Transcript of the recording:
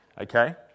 okay